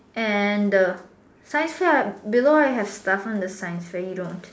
and the science fair below I have stuff on the sign say you don't